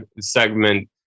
segment